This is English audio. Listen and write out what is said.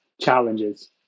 challenges